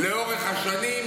לצערי הרב,